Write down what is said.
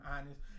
honest